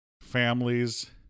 families